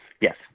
Yes